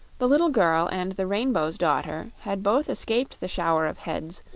the little girl and the rainbow's daughter had both escaped the shower of heads,